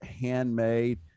handmade